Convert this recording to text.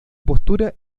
postura